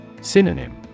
Synonym